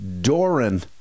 Doran